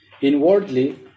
inwardly